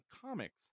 comics